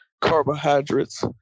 Carbohydrates